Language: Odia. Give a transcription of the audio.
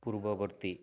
ପୂର୍ବବର୍ତ୍ତୀ